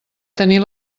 tenir